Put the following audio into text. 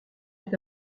est